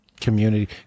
Community